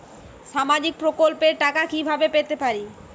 সামাজিক প্রকল্পের টাকা কিভাবে পেতে পারি?